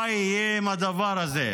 מה יהיה עם הדבר הזה?